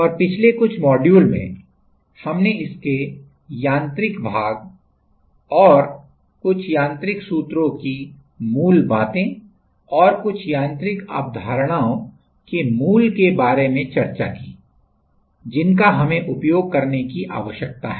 और पिछले कुछ मॉड्यूल में हमने इसके यांत्रिक भाग और कुछ यांत्रिक सूत्रों की मूल बातें और कुछ यांत्रिक अवधारणाओं के मूल के बारे में चर्चा की जिनका हमें उपयोग करने की आवश्यकता है